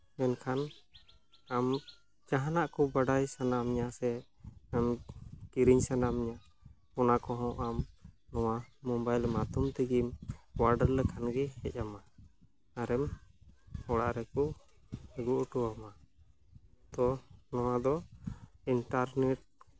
ᱢᱮᱱᱠᱷᱟᱱ ᱟᱢ ᱡᱟᱦᱟᱱᱟᱜ ᱠᱚ ᱵᱟᱰᱟᱭ ᱥᱟᱱᱟ ᱢᱮᱭᱟ ᱥᱮ ᱟᱢ ᱠᱤᱨᱤᱧ ᱥᱟᱱᱟ ᱢᱮᱭᱟ ᱚᱱᱟ ᱠᱚᱦᱚᱸ ᱟᱢ ᱱᱚᱣᱟ ᱢᱳᱵᱟᱭᱤᱞ ᱢᱟᱫᱽᱫᱷᱚᱢ ᱛᱮᱜᱮᱢ ᱚᱰᱟᱨ ᱞᱮᱠᱷᱟᱡ ᱜᱮ ᱦᱮᱡ ᱟᱢᱟ ᱟᱨᱮᱢ ᱚᱲᱟᱜ ᱨᱮᱠᱚ ᱟᱹᱜᱩ ᱦᱚᱴᱚ ᱟᱢᱟ ᱛᱚ ᱱᱚᱣᱟ ᱫᱚ ᱤᱱᱴᱟᱨᱱᱮᱴ